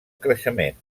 creixement